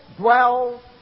dwell